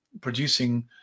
producing